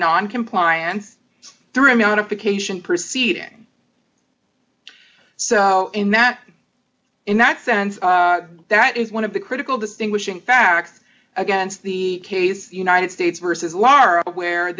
noncompliance threw him out of the cation proceeding so in that in that sense that is one of the critical distinguishing facts against the case united states versus lara where